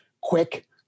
quick